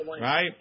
right